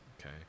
okay